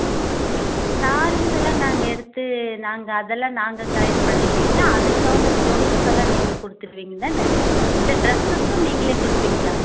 okay okay ஸாரீஸ்ஸெல்லாம் நாங்கள் எடுத்து நாங்கள் அதெல்லாம் நாங்கள் செலக்ட் பண்ணிடீங்கன்னால் அதுக்கு தகுந்த ஜுவல்ஸ்ஸெல்லாம் நீங்கள் கொடுத்துடுவீங்கதான இல்லை ட்ரெஸஸும் நீங்களே கொடுப்பீங்களா